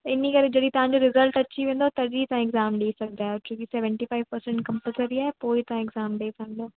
त इन्ही करे जॾहिं तव्हांजो रिजल्ट अची वेंदो तॾहिं एग्ज़ाम ॾेई सघंदा आहियो छो की सेवन्टी फ़ाइव परसंट कमपलसरी आहे पोइ ई तव्हां एग्ज़ाम ॾई सघंदव